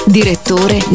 direttore